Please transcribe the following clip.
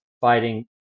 fighting